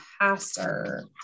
pastor